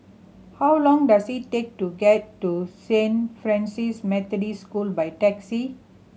how long does it take to get to Saint Francis Methodist School by taxi